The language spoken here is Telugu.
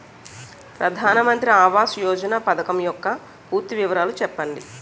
ప్రధాన మంత్రి ఆవాస్ యోజన పథకం యెక్క పూర్తి వివరాలు చెప్పండి?